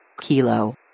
Kilo